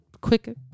quick